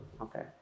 Okay